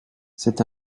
c’est